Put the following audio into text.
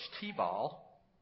T-ball